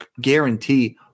guarantee